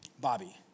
Bobby